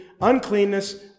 uncleanness